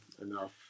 enough